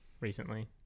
recently